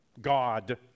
God